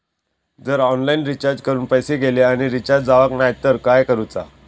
जर online recharge करून पैसे गेले आणि रिचार्ज जावक नाय तर काय करूचा?